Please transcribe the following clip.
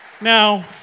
Now